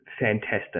fantastic